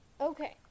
Okay